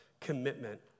commitment